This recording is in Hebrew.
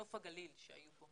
נוף הגליל שהיו פה?